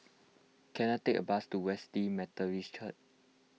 can I take a bus to Wesley Methodist Church